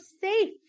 safe